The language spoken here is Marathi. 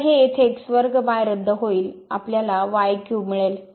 तर हे येथे रद्द होईल आपल्याला मिळेल